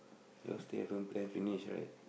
you all still haven't plan finish right